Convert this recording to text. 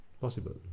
Possible